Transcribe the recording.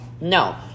no